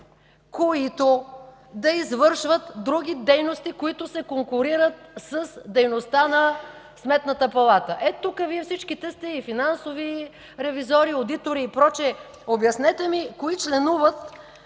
които да извършват други дейности, които се конкурират с дейността на Сметната палата. Тук Вие всичките сте финансови ревизори, одитори и прочее. Обяснете ми кои членуват